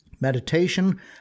meditation